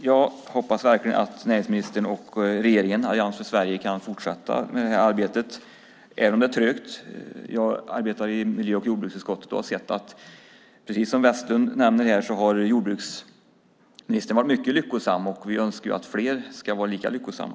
Jag hoppas att näringsministern, regeringen och Allians för Sverige kan fortsätta detta arbete, även om det är trögt. Jag sitter i miljö och jordbruksutskottet och har sett att jordbruksministern varit mycket lyckosam, precis som Börje Vestlund nämnde. Vi önskar att fler ska vara lika lyckosamma.